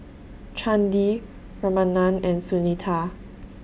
Chandi Ramanand and Sunita